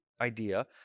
idea